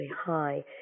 high